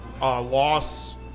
Loss